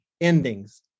endings